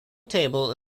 table